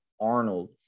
Arnold